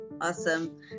awesome